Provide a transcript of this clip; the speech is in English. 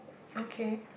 okay